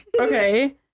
Okay